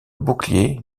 bouclier